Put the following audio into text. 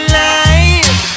life